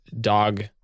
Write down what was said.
dog